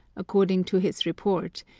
according to his report,